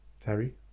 Terry